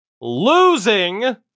Losing